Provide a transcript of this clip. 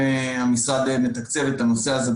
המשרד גם מתקצב את הנושא הזה,